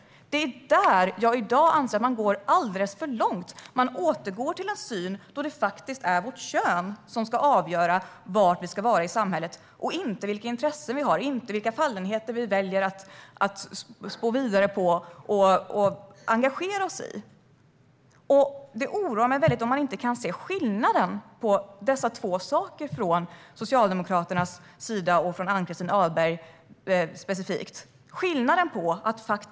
Jag anser att man går alldeles för långt här. Man återgår till en syn där det är könet som avgör var vi ska vara i samhället, inte vilka intressen vi har eller vilka fallenheter vi väljer att utveckla och engagera oss i. Det oroar mig att Socialdemokraterna och Ann-Christin Ahlberg inte kan se skillnaden mellan dessa två saker.